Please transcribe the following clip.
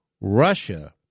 Russia